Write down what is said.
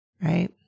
Right